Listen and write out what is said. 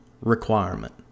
requirement